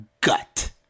gut